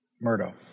Murdo